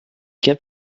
cap